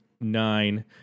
nine